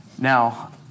Now